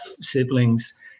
siblings